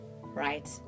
right